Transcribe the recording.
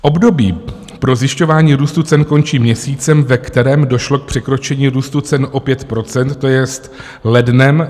Období pro zjišťování růstu cen končí měsícem, ve kterém došlo k překročení růstu cen o 5 %, to jest lednem 2023.